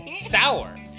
sour